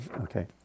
Okay